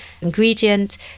ingredient